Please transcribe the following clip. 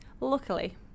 Luckily